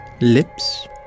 lips